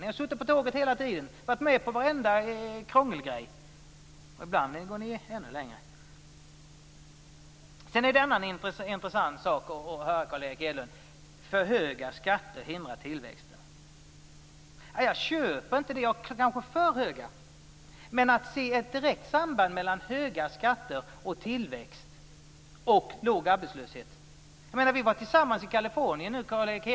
Ni har suttit på tåget hela tiden och varit med på varenda krångelgrej. Ibland går ni ännu längre. Sedan är det en annan intressant sak att höra Carl Erik Hedlund tala om att för höga skatter hindrar tillväxten. Jag köper inte det. Det gäller kanske för höga, men jag kan inte se ett direkt samband mellan höga skatter, tillväxt och låg arbetslöshet. Carl Erik Hedlund och jag var tillsammans i California.